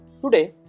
Today